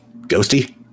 Ghosty